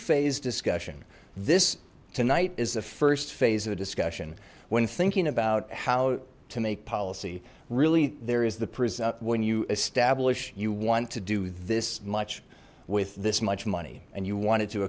phase discussion this tonight is the first phase of discussion when thinking about how to make policy really there is the prism when you establish you want to do this much with this much money and you wanted to